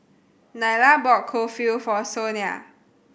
Nyla bought Kulfi for Sonia